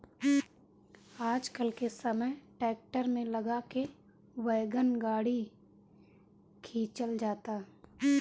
आजकल के समय ट्रैक्टर में लगा के वैगन गाड़ी खिंचल जाता